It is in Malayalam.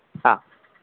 ആ